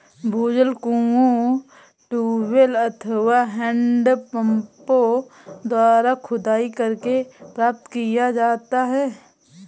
भूजल कुओं, ट्यूबवैल अथवा हैंडपम्पों द्वारा खुदाई करके प्राप्त किया जाता है